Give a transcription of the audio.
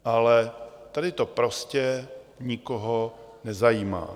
Ale tady to prostě nikoho nezajímá.